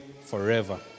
forever